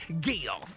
Gill